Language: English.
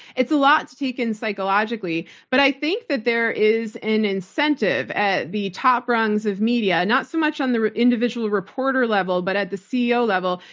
it's a lot to take in psychologically, but i think that there is an incentive at the top runs of media, not so much on the individual reporter level, but at the ceo level,